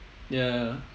ya